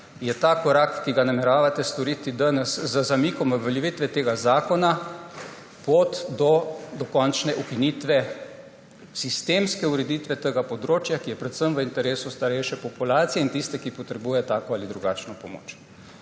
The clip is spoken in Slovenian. je ta korak, ki ga nameravate storiti danes z zamikom uveljavitve tega zakona, pot do dokončne ukinitve, sistemske ureditve tega področja, ki je predvsem v interesu starejše populacije in tiste, ki potrebuje tako in ali drugačno pomoč.